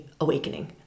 awakening